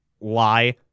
lie